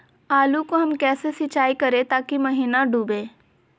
आलू को हम कैसे सिंचाई करे ताकी महिना डूबे?